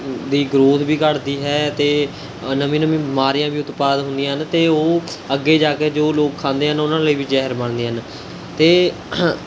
ਦੀ growth ਵੀ ਘੱਟਦੀ ਹੈ ਅਤੇ ਨਵੀਂ ਨਵੀਂ ਬਿਮਾਰੀਆਂ ਵੀ ਉਤਪਾਦ ਹੁੰਦੀਆਂ ਹਨ ਅਤੇ ਉਹ ਅੱਗੇ ਜਾ ਕੇ ਜੋ ਲੋਕ ਖਾਂਦੇ ਹਨ ਉਨ੍ਹਾਂ ਲਈ ਵੀ ਜ਼ਹਿਰ ਬਣਦੀਆਂ ਹਨ ਅਤੇ